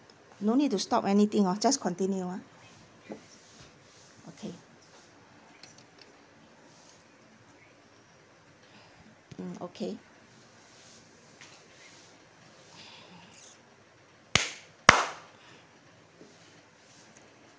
no need to stop anything hor just continue ah okay mm okay